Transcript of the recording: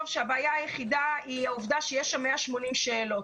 שהבעיה היחידה היא העובדה שיש שם 180 שאלות.